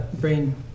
brain